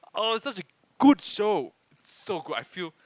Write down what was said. oh it's such a good show so good I feel